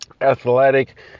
athletic